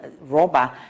robber